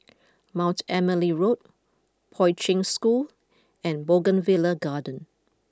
Mount Emily Road Poi Ching School and Bougainvillea Garden